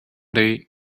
day